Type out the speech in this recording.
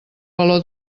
baló